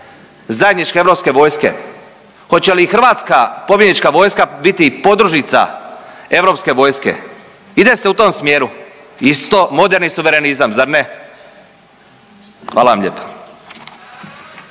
zajedničke europske vojske? Hoće li hrvatska pobjednička vojska biti podružnica europske vojske? Ide se u tom smjeru. Isto moderni suverenizam, zar ne? Hvala vam lijepa.